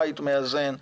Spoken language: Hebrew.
בית מאזן,